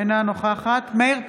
אינה נוכחת מאיר פרוש,